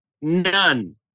None